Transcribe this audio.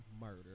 murder